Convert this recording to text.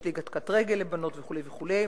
יש ליגת קט-רגל לבנות, וכו' וכו'.